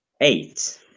eight